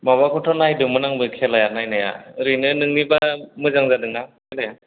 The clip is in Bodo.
माबाखौथ' नायदोंमोन आंबो खेलाया नायनाया ओरैनि नोंनिबा मोजां जादोंना खेलाया